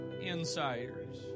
insiders